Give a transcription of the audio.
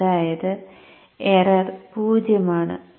അതായത് എറർ 0 ആണ്